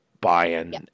buying